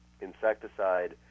insecticide